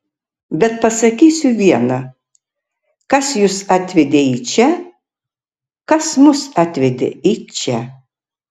bet pasakysiu viena kas jus atvedė į čia kas mus atvedė į čia